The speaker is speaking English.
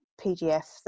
pdf